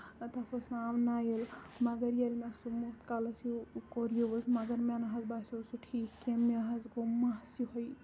تَتھ اوس ناو نایِل مَگر ییٚلہِ مےٚ سُہ موتھ کَلَس کوٚر یوٗز مَگر مےٚ نَہ ح ظ باسیو سُہ ٹھیٖک کیٚنہہ مےٚ حظ گوٚو مَس یِہوے